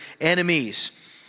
enemies